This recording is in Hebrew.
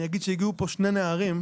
אני אגיד שהגיעו לפה שני נערים,